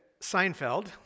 Seinfeld